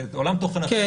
זה עולם תוכן אחר,